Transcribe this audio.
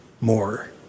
more